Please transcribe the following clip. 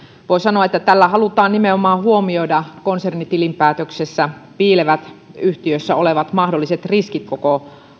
voi sanoa että tällä halutaan nimenomaan huomioida konsernitilinpäätöksessä piilevät yhtiössä olevat mahdolliset riskit koko